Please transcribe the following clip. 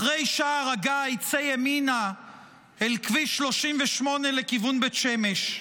אחרי שער הגיא צא ימינה אל כביש 38 לכיוון בית שמש,